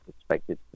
expected